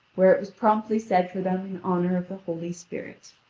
where it was promptly said for them in honour of the holy spirit.